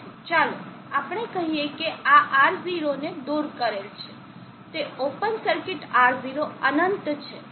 ચાલો આપણે કહીએ કે આ R0 ને દુર કરેલ છે તે ઓપન સર્કિટ R0 અનંત છે